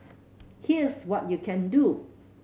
here's what you can do